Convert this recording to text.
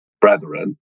brethren